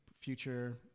future